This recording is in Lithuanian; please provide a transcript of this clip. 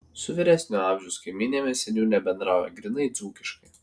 su vyresnio amžiaus kaimynėmis seniūnė bendrauja grynai dzūkiškai